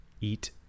eat